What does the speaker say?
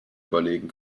überlegen